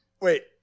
Wait